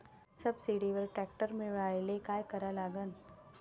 सबसिडीवर ट्रॅक्टर मिळवायले का करा लागन?